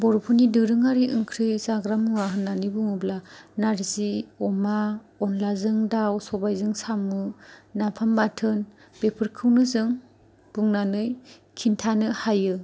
बर'फोरनि दोरोङारि ओंख्रि जाग्रा मुवा होननानै बुङोब्ला नारजि अमा अनलाजों दाउ सबायजों साम' नाफाम बाथोन बेफोरखौनो जों बुंनानै खिन्थानो हायो